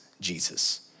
Jesus